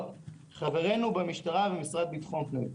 חברינו במשטרה ובמשרד לביטחון פנים,